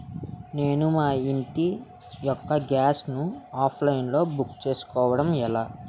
నేను మా ఇంటి యెక్క గ్యాస్ ను ఆన్లైన్ లో బుక్ చేసుకోవడం ఎలా?